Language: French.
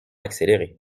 accéléré